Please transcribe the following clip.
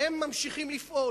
והם ממשיכים לפעול,